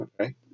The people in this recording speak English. Okay